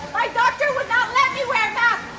i